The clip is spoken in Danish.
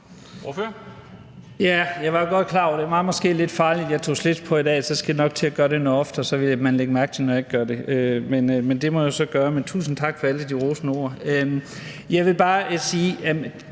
Jeg var godt klar over, at det måske var lidt farligt, at jeg tog slips på i dag; jeg skal nok til at gøre det noget oftere, for man vil lægge mærke til det, når jeg ikke gør det – det må jeg jo så gøre. Men tusind tak for de rosende ord.